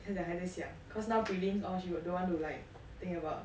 她讲还在想 cause now prelims all she would don't want to like think about